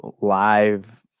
live